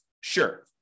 Sure